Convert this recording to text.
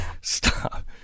Stop